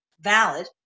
valid